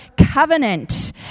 covenant